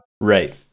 Right